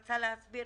יכול להיות שיש בסיס,